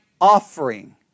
offering